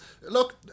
look